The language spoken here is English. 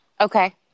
okay